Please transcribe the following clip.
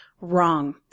wrong